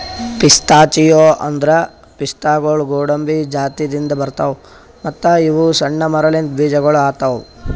pistachio ಅಂದುರ್ ಪಿಸ್ತಾಗೊಳ್ ಗೋಡಂಬಿ ಜಾತಿದಿಂದ್ ಬರ್ತಾವ್ ಮತ್ತ ಇವು ಸಣ್ಣ ಮರಲಿಂತ್ ಬೀಜಗೊಳ್ ಆತವ್